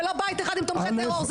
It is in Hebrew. ולא בבית אחד עם תומכי טרור.